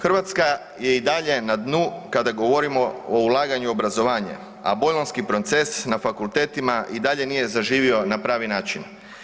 Hrvatska je i dalje na dnu kada govorimo o ulaganju u obrazovanje, a bolonjski proces na fakultetima i dalje nije zaživio na pravi način.